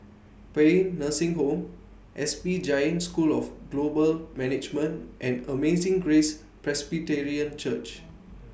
Paean Nursing Home S P Jain School of Global Management and Amazing Grace Presbyterian Church